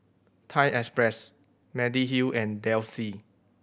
Thai Express Mediheal and Delsey